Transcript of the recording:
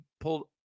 pulled